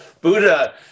Buddha